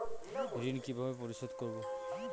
ঋণ কিভাবে পরিশোধ করব?